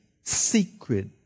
secret